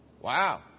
Wow